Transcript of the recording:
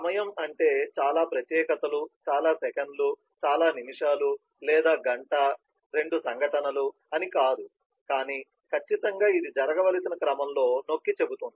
సమయం అంటే చాలా ప్రత్యేకతలు చాలా సెకన్లు చాలా నిమిషాలు లేదా గంట రెండు సంఘటనలు అని కాదు కాని ఖచ్చితంగా ఇది జరగవలసిన క్రమంలో నొక్కి చెబుతుంది